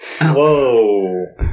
Whoa